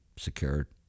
secured